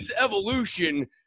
evolution